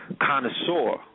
connoisseur